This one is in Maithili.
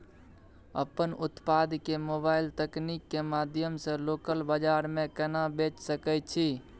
अपन उत्पाद के मोबाइल तकनीक के माध्यम से लोकल बाजार में केना बेच सकै छी?